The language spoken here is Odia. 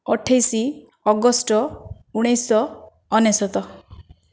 ଅଠେଇଶ ଅଗଷ୍ଟ ଉଣେଇଶଶହ ଅନେଶ୍ଵତ